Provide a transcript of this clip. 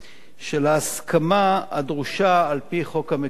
של ההסכמה הדרושה על-פי חוק המקרקעין,